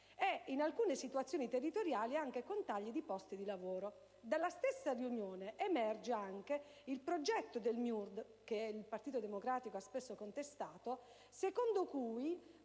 e in alcune situazioni territoriali anche con tagli di posti di lavoro. Dalla stessa riunione, emerge anche il progetto del MIUR (che il Partito Democratico ha spesso contestato) secondo cui